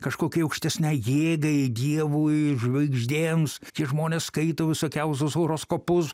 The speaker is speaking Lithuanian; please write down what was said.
kažkokiai aukštesnei jėgai dievui žvaigždėms tie žmonės skaito visokiausius horoskopus